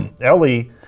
Ellie